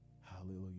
Hallelujah